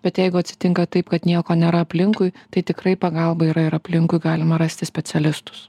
bet jeigu atsitinka taip kad nieko nėra aplinkui tai tikrai pagalba yra ir aplinkui galima rasti specialistus